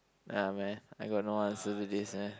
ya man I got no answer to this